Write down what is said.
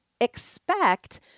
Expect